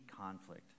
conflict